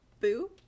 boo